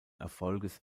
erfolges